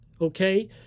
Okay